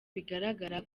bigaragara